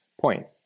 point